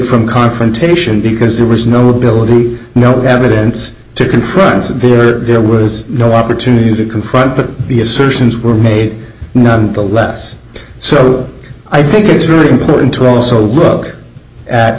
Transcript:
from confrontation because there was no ability no evidence to confront that there was no opportunity to confront but the assertions were made none the less so i think it's really important to also look at